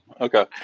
Okay